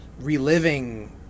reliving